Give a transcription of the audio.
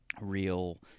real